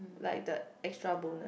like the extra bonus